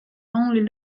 only